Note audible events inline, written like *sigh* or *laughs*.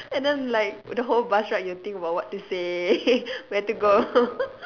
and then like the whole bus ride you'll think about what to say *laughs* where to go *laughs*